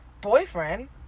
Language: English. boyfriend